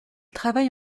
travaille